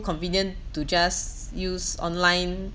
convenient to just use online